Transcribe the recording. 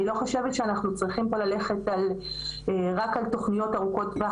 אני לא חושבת שאנחנו צריכים פה ללכת על רק תוכניות ארוכות טווח,